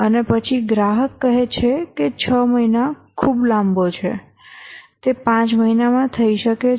અને પછી ગ્રાહક કહે છે કે 6 મહિના ખૂબ લાંબો છે તે 5 મહિનામાં થઈ શકે છે